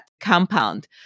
compound